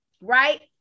right